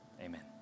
Amen